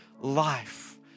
life